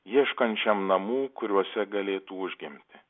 ieškančiam namų kuriuose galėtų užgimti